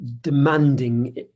demanding